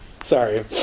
Sorry